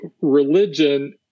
religion